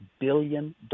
billion